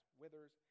withers